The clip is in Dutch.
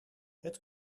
het